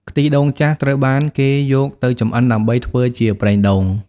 ខ្ទិះដូងចាស់ត្រូវបានគេយកទៅចម្អិនដើម្បីធ្វើជា ប្រេងដូង។